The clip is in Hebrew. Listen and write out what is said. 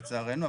לצערנו.